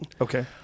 Okay